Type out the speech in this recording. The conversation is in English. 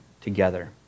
together